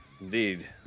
Indeed